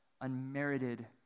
unmerited